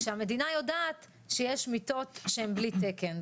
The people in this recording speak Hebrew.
כשהמדינה יודעת שיש מיטות שהן בלי תקן.